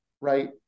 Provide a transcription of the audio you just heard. right